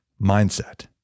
mindset